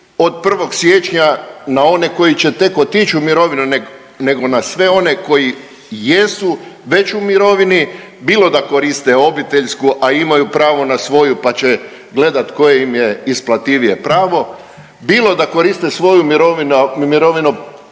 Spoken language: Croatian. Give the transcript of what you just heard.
od 1. siječnja na one koji će tek otić u mirovinu nego na sve one koji jesu već u mirovini bilo da koriste obiteljsku, a imaju pravo na svoju pa će gledat koje im je isplativije pravo, bilo da koriste svoju mirovinu,